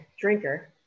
drinker